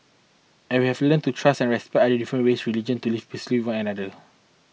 and we have learnt to trust and respect our different races religions to live peacefully with one another